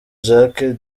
jacques